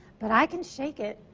but i can shake it.